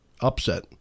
Upset